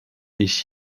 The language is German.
ich